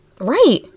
Right